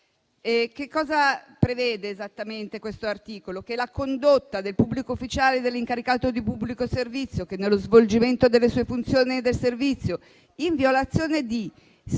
Cosa prevede esattamente questo articolo? Che sia punibile la condotta del pubblico ufficiale o dell'incaricato di pubblico servizio che, nello svolgimento delle sue funzioni o del servizio, in violazione di